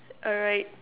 alright